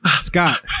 Scott